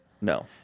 No